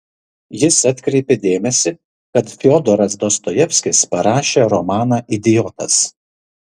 jis atkreipė dėmesį kad fiodoras dostojevskis parašė romaną idiotas